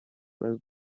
were